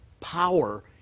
power